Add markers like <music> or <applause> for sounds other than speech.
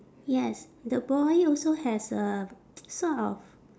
yes the boy also has a <noise> sort of